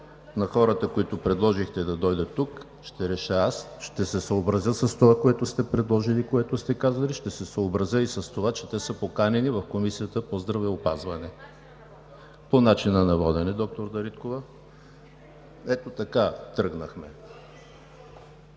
на хората, които посочихте, да дойдат тук – ще реша аз. Ще се съобразя с това, което сте предложили и което сте казали. Ще се съобразя и с това, че те са поканени в Комисията по здравеопазването. По начина на водене – доктор Дариткова. ДАНИЕЛА